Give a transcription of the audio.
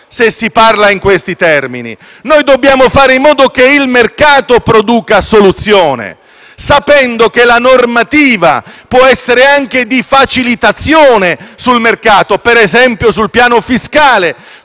se si parla in questi termini. Noi dobbiamo fare in modo che il mercato produca la soluzione, sapendo che la normativa può essere anche di facilitazione - ad esempio - sul piano fiscale,